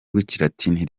rw’ikilatini